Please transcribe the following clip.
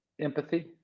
Empathy